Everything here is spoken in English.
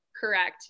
Correct